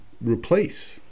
replace